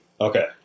Okay